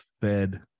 Fed